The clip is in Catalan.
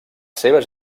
seves